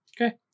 Okay